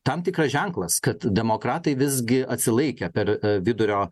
tam tikras ženklas kad demokratai visgi atsilaikė per vidurio